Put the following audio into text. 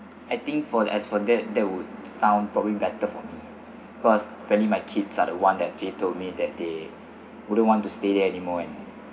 I think for the as for that that would sound probably better for me cause apparently my kids are the one that they told me that they wouldn't want to stay there anymore and